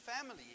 family